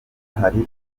hari